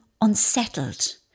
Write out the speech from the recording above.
unsettled